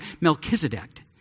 Melchizedek